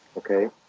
okay?